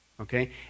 okay